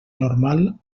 normal